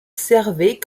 servait